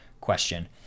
question